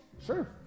Sure